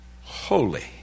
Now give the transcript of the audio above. Holy